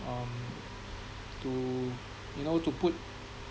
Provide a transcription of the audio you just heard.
um to you know to put